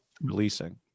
releasing